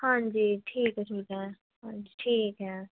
ਹਾਂਜੀ ਠੀਕ ਹੈ ਠੀਕ ਹੈ ਹਾਂਜੀ ਠੀਕ ਹੈ